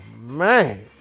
man